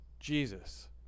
jesus